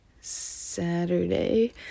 Saturday